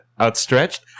outstretched